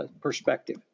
perspective